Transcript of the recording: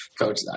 Coach